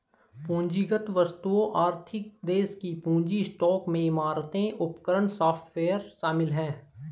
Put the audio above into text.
पूंजीगत वस्तुओं आर्थिक देश के पूंजी स्टॉक में इमारतें उपकरण सॉफ्टवेयर शामिल हैं